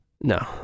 no